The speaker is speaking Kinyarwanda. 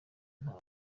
nta